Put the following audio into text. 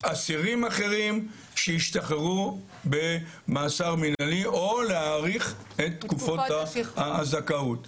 אסירים אחרים שישתחררו במינהלי או להאריך את תקופות הזכאות.